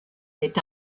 est